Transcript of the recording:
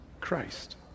Christ